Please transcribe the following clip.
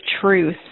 truth